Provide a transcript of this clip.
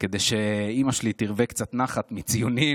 כדי שאימא שלי תרווה קצת נחת מציונים